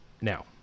Now